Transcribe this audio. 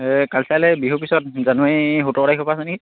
এই কালচাৰেল এই বিহুৰ পিছত জানুৱাৰী সোতৰ তাৰিখৰ পৰা আছে নেকি